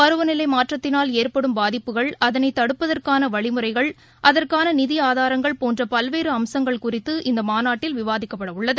பருவநிலைமாற்றத்தினால் பாதிப்புகள் அதனைதடுப்பதற்கானவழிமுறைகள் ஏற்படும் அதற்கானநிதிஆதாரங்கள் போன்றபல்வேறுஅம்சங்கள் குறித்து இந்தமாநாட்டில் விவாதிக்கப்படஉள்ளது